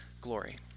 glory